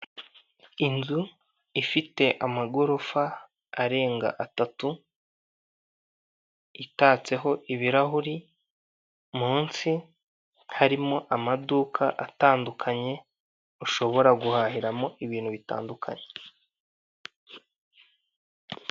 Inzu ifite amagorofa arenga atatu, itatseho ibirahuri munsi harimo amaduka atandukanye ushobora guhahiramo ibintu bitandukanye.